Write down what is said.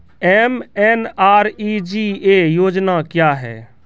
MNREGA योजना क्या हैं?